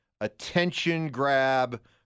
attention-grab